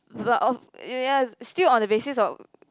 but of ya still on the basis of